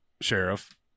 sheriff